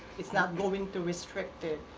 it's not going to restrict it.